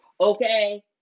okay